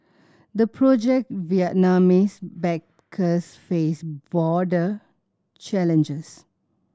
the project Vietnamese backers face broader challenges